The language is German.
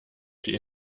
die